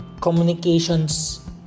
communications